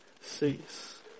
cease